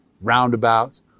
roundabouts